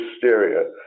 hysteria